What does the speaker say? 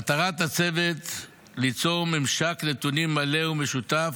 מטרת הצוות ליצור ממשק נתונים מלא ומשותף